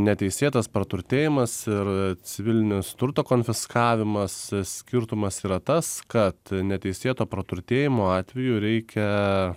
neteisėtas praturtėjimas ir civilinis turto konfiskavimas skirtumas yra tas kad neteisėto praturtėjimo atveju reikia